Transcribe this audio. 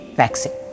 vaccine